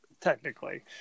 technically